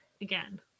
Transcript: again